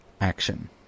action